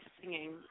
singing